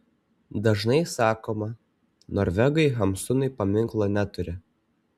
dažnai sakoma norvegai hamsunui paminklo neturi